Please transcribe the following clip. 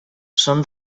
són